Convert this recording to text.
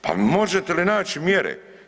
Pa možete li naći mjere?